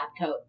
coat